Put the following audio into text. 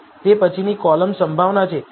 તે પછીની કોલમ સંભાવના છે